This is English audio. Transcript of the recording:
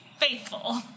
faithful